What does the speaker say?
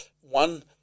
one